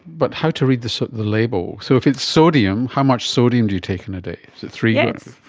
but how to read the sort of the label? so if it's sodium, how much sodium do you take in a day? is it three grams?